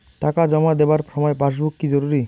টাকা জমা দেবার সময় পাসবুক কি জরুরি?